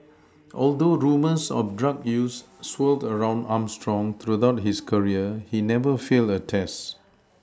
although rumours of drug use swirled around Armstrong throughout his career he never failed a test